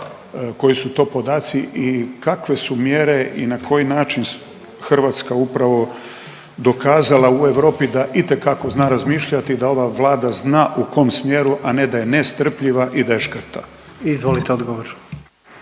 koji su to podaci i kakve su mjere i na koji način Hrvatska upravo dokazala u Europi da itekako zna razmišljati, da ova Vlada zna u kom smjeru, a ne da je nestrpljiva i da je škrta. **Jandroković,